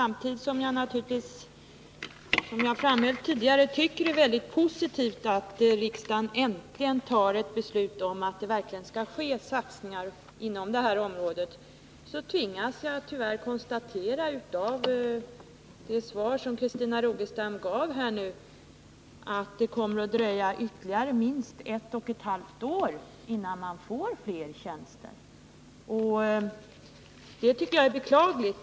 Herr talman! Jag vill upprepa att jag ser det som mycket positivt att riksdagen äntligen fattar ett beslut om att det verkligen skall ske satsningar inom det här området. På grund av det som Christina Rogestam anförde tvingas jag tyvärr samtidigt konstatera att det kommer att dröja ytterligare minst ett och ett halvt år innan man får fler tjänster. Det tycker jag är beklagligt.